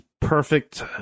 perfect